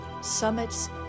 summits